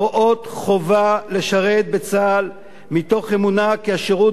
הרואות חובה לשרת בצה"ל מתוך אמונה כי השירות